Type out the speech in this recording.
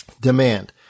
Demand